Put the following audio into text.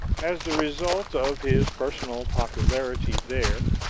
as the result of his personal popularity there,